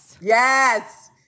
Yes